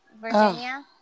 Virginia